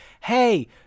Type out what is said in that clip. hey